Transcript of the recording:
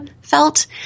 felt